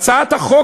בהצעת החוק